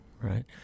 Right